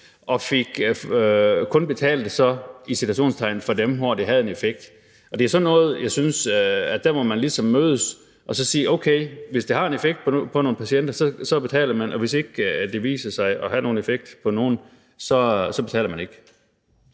i citationstegn – for dem, hvor det havde en effekt. Det er sådan noget, hvor jeg synes, at der må man ligesom mødes og sige: Okay, hvis det har en effekt på nogle patienter, betaler man, og hvis det viser sig ikke at have nogen effekt på nogen, så betaler man ikke.